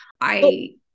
I-